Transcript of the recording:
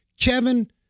Kevin